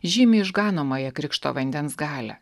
žymi išganomąją krikšto vandens galią